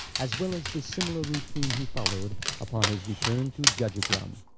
as well as the similar routine he followed upon his return to jajigram.